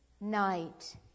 night